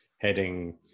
heading